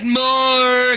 more